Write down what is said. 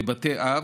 בבתי אב,